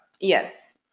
Yes